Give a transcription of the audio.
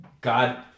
God